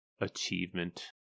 achievement